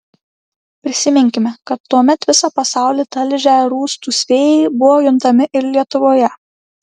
prisiminkime kad tuomet visą pasaulį talžę rūstūs vėjai buvo juntami ir lietuvoje